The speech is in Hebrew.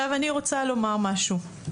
אני רוצה לומר משהו.